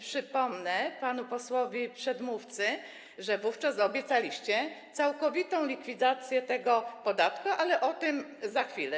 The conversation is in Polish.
Przypomnę panu posłowi przedmówcy, że wówczas obiecaliście całkowitą likwidację tego podatku, ale o tym za chwilę.